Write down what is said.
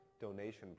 donation